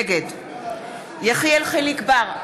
נגד יחיאל חיליק בר,